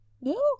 No